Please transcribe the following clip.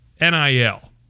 NIL